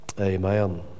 Amen